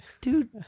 dude